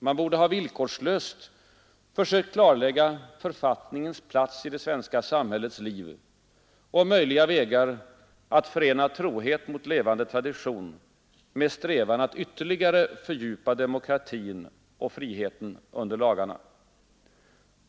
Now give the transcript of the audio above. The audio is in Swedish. Man borde ha villkorsl ökt klarlägga författningens plats i det svenska samhällets liv och möjliga vägar att förena trohet mot levande tradition med strävan att ytterligare fördjupa demokratin och friheten under lagarna.